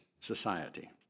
Society